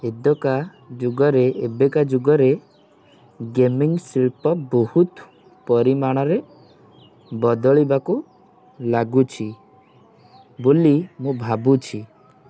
ଏଦକା ଯୁଗରେ ଏବେକା ଯୁଗରେ ଗେମିଂ ଶିଳ୍ପ ବହୁତ ପରିମାଣରେ ବଦଳିବାକୁ ଲାଗୁଛି ବୋଲି ମୁଁ ଭାବୁଛି